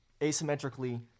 asymmetrically